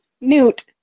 Newt